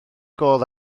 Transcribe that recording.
gôl